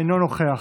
אינו נוכח,